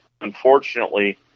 unfortunately